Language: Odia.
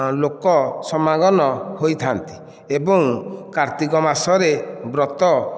ଲୋକ ସାମାଗନ ହୋଇଥାନ୍ତି ଏବଂ କାର୍ତ୍ତିକ ମାସରେ ବ୍ରତ